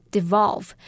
Devolve